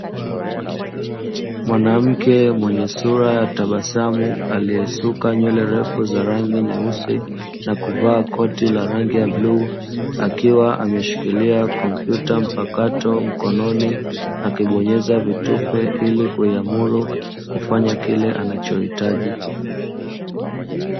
Mwanamke mwenye sura ya tabasamu aliyesuka nywele ndefu za rangi nyeusi na kuvaa koti la rangi ya bluu, akiwa ameshikilia kompyuta mpakato mkononi, akibonyeza vitufe ili kuiamuru kufanya kile anachohitaji.